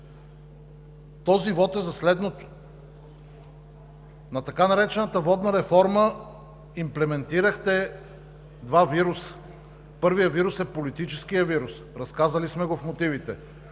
Този вот е за следното: на така наречената водна реформа, имплементирахте два вируса. Първият вирус е политическият вирус. Разказали сме го в мотивите.